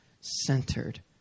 centered